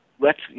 lets